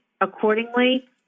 accordingly